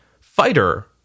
fighter